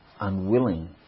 Unwilling